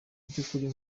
by’ukuri